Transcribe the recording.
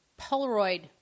Polaroid